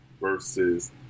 Versus